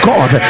God